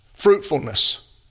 fruitfulness